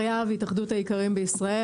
אני מהתאחדות האיכרים בישראל.